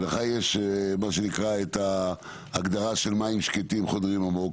לך יש מה שנקרא את ההגדרה של "מים שקטים חודרים עמוק".